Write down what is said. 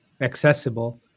accessible